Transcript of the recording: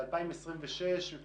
ב-2026 אפשר לעבור,